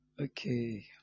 Okay